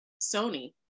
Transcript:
Sony